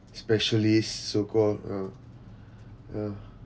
specialists so called uh ya